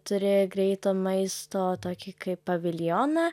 turi greito maisto tokį kaip paviljoną